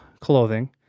Clothing